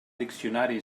diccionari